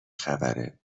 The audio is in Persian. خبرهدختره